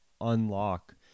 unlock